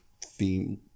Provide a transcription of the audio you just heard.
theme